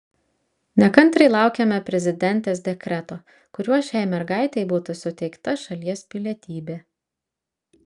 nekantriai laukiame prezidentės dekreto kuriuo šiai mergaitei būtų suteikta šalies pilietybė